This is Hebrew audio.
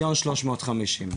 1.35 מיליון.